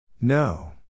No